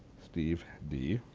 steve d,